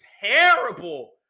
terrible